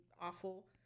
awful